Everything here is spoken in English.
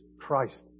Christ